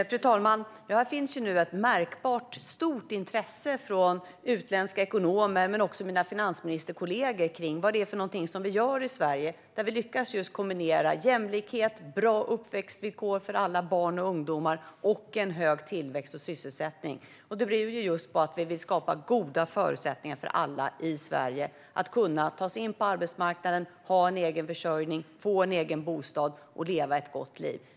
Fru talman! Här finns nu ett märkbart, stort intresse från utländska ekonomer och från mina finansministerkollegor för vad det är vi gör i Sverige. Vi lyckas ju just kombinera jämlikhet, bra uppväxtvillkor för alla barn och ungdomar och hög tillväxt och sysselsättning. Det bygger på att vi vill skapa goda förutsättningar för alla i Sverige att ta sig in på arbetsmarknaden, ha en egen försörjning, få en egen bostad och leva ett gott liv.